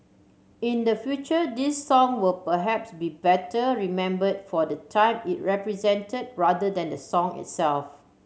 in the future this song will perhaps be better remembered for the time it represented rather than the song itself